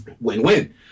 Win-win